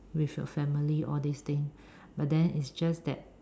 with your family all these thing but then is just that